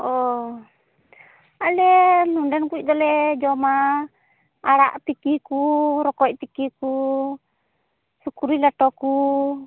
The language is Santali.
ᱚᱻ ᱟᱞᱮ ᱱᱚᱸᱰᱮᱱ ᱠᱚᱫᱚᱞᱮ ᱡᱚᱢᱟ ᱟᱲᱟᱜ ᱛᱮᱠᱮ ᱠᱚ ᱨᱚᱠᱚᱡᱽ ᱛᱮᱠᱮ ᱠᱚ ᱥᱩᱠᱨᱤ ᱞᱮᱴᱚ ᱠᱚ